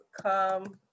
come